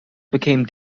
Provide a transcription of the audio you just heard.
became